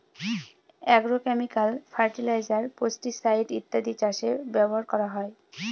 agrochemical fertiliser, pesticide ইত্যাদি চাষে ব্যবহার করা হয়